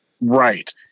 Right